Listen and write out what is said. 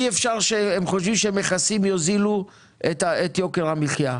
הם חושבים שהמכסים יוזילו את יוקר המחייה.